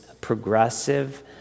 progressive